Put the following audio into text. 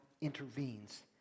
intervenes